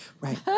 Right